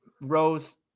rose